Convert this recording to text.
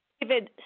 David